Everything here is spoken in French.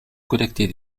collecter